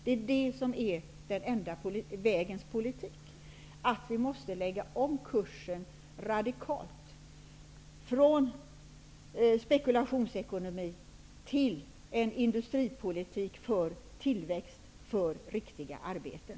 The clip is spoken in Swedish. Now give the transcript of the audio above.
Det är det som är den enda vägens politik: Vi måste lägga om kursen radikalt från spekulationsekonomi till en industripolitik för tillväxt, för riktiga arbeten.